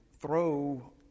throw